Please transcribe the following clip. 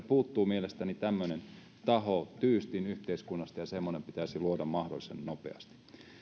puuttuu mielestäni tämmöinen taho tyystin yhteiskunnasta ja semmoinen pitäisi luoda mahdollisimman nopeasti